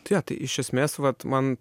tai jo tai iš esmės vat man